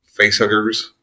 facehuggers